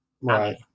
Right